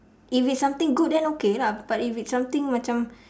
if it's something good then okay lah but if it's something macam